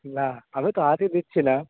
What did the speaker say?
না আমি তো হাতই দিচ্ছি না